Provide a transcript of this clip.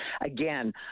Again